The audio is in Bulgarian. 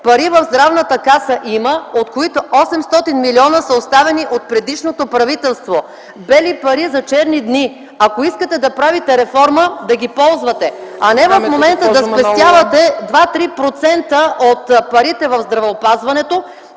пари в НЗОК има, от които 800 млн. лв. са оставени от предишното правителство – бели пари за черни дни – ако искате да правите реформа, да ги ползвате, а не в момента да спестявате 2-3% от парите в здравеопазването,